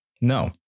No